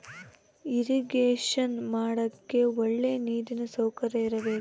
irrigation ಮಾಡಕ್ಕೆ ಒಳ್ಳೆ ನೀರಿನ ಸೌಕರ್ಯ ಇರಬೇಕು